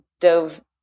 dove